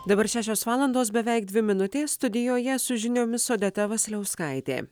dabar šešios valandos beveik dvi minutės studijoje su žiniomis odeta vasiliauskaitė